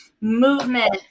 movement